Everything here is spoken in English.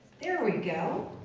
there we go!